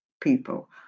people